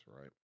right